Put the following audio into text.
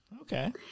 Okay